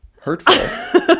hurtful